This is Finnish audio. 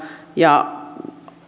ja